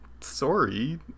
sorry